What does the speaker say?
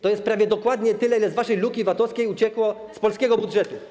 To jest prawie dokładnie tyle, ile przez waszą lukę VAT-owską uciekło z polskiego budżetu.